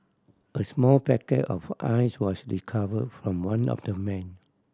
a small packet of Ice was recover from one of the men